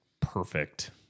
perfect